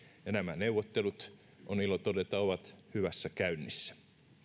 ja nämä neuvottelut on ilo todeta ovat hyvässä käynnissä